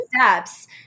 steps